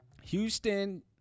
Houston